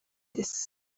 this